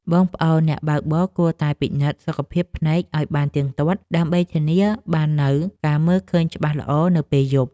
បងប្អូនអ្នកបើកបរគួរតែពិនិត្យសុខភាពភ្នែកឱ្យបានទៀងទាត់ ដើម្បីធានាបាននូវការមើលឃើញច្បាស់ល្អនៅពេលយប់។